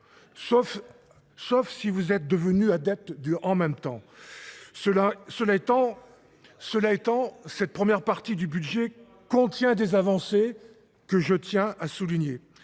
Sauf si vous êtes devenus adeptes en même temps. Cela étant, cette première partie du budget contient des avancées que je tiens à souligner.